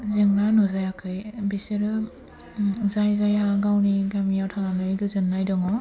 जेंना नुजायाखै बिसोरो जाय जायहा गावनि गामिआव थानानै गोजोननाय दङ